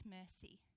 mercy